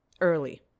early